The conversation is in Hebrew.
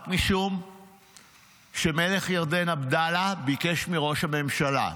רק משום שמלך ירדן עבדאללה ביקש מראש הממשלה.